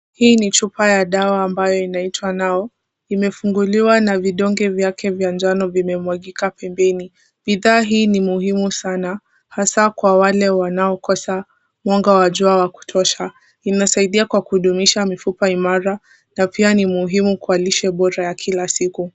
Hii ni chupa ya dawa ambayo inaitwa Nau. Imefunguliwa na vidonge vyake vya njano vimemwagika pembeni. Bidhaa hii ni muhimu sana hasa kwa wale wanaokosa mwanga wa jua wa kutosha. Inasaidia kwa kudumisha mifupa imara na pia ni muhimu kwa lishe bora ya kila siku.